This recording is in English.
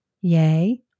yay